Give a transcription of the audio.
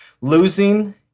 Losing